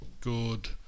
good